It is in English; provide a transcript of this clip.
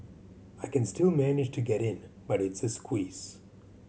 I can still manage to get in but it's a squeeze